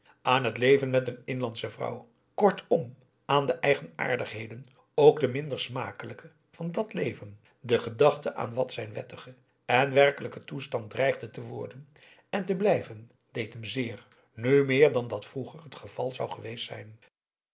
aan het leven met een inlandsche vrouw kortom aan de eigenaardigheden ook de minder smakelijke van dàt leven de gedachte aan wat zijn wettigen en werkelijken toestand dreigde te worden en te blijven deed hem zeer nu meer dan dat vroeger het geval zou geweest zijn